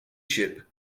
ship